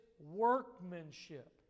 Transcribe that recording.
workmanship